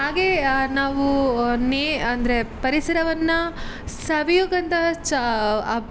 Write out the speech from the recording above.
ಹಾಗೆ ನಾವು ನೇ ಅಂದರೆ ಪರಿಸರವನ್ನು ಸವಿಯೋವಂತಹ ಚಾ